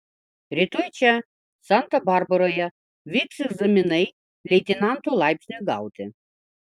rytoj čia santa barbaroje vyks egzaminai leitenanto laipsniui gauti